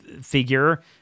figure